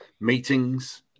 meetings